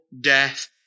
death